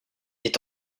est